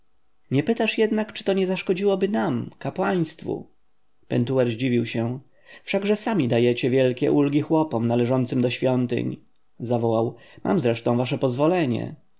nie pytasz jednak czy to nie zaszkodzi nam kapłaństwu pentuer zdziwił się wszakże sami dajecie wielkie ulgi chłopom należącym do świątyń zawołał mam zresztą wasze pozwolenie